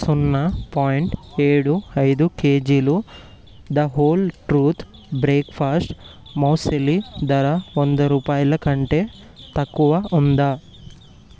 సున్నా పాయింట్ ఏడు ఐదు కేజీలు the whole truth breakfast muesli ధర వంద రూపాయల కంటే తక్కువ ఉందా